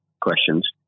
questions